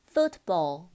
Football